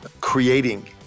creating